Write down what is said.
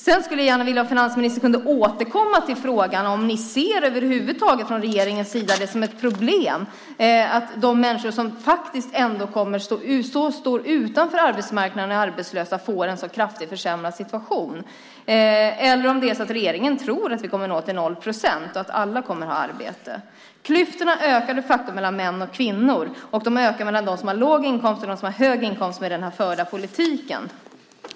Jag skulle gärna vilja att finansministern återkom till frågan om ni över huvud taget från regeringens sida ser det som ett problem att de människor som står utanför arbetsmarknaden och är arbetslösa får en så kraftigt försämrad situation eller om regeringen tror att vi kommer att nå noll procent och att alla kommer att ha arbete. Klyftorna ökar de facto mellan män och kvinnor, och de ökar mellan dem som har låg inkomst och dem som har hög inkomst med den här förda politiken.